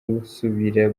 gusubira